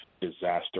Disaster